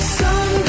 sun